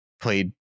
played